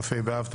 כ"ה באב,